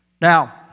Now